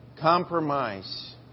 Compromise